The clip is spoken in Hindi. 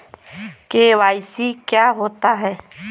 के.वाई.सी क्या होता है?